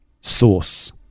source